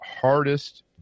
hardest